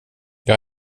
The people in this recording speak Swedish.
jag